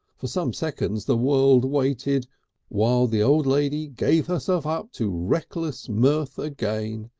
for some seconds the world waited while the old lady gave herself up to reckless mirth again.